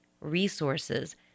resources